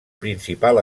principal